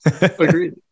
Agreed